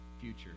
future